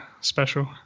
special